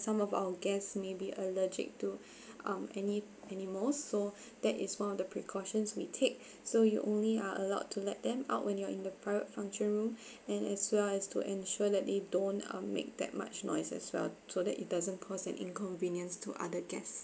some of our guests may be allergic to um ani~ animals so that is one of the precautions we take so you only are allowed to let them out when you're in the private function room and as well as to ensure that they don't um make that much noise as well so that it doesn't cause an inconvenience to other guests